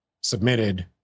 submitted